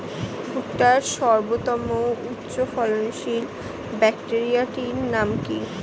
ভুট্টার সর্বোত্তম উচ্চফলনশীল ভ্যারাইটির নাম কি?